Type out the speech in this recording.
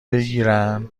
بگیرن